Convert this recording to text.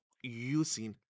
using